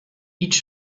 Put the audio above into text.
each